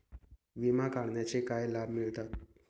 विमा काढण्याचे काय लाभ मिळतात?